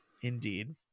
Indeed